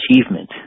achievement